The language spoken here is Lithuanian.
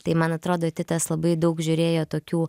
tai man atrodo titas labai daug žiūrėjo tokių